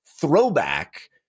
throwback